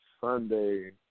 Sunday